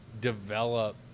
develop